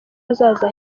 hazaza